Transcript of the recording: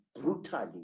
brutally